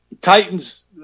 Titans